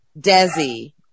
Desi